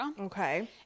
Okay